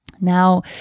Now